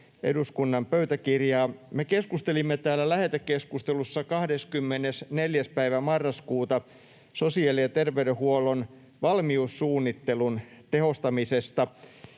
eduskunnan pöytäkirjaa. Me keskustelimme täällä lähetekeskustelussa 24. päivä marraskuuta sosiaali- ja terveydenhuollon valmiussuunnittelun tehostamisesta.